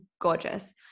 gorgeous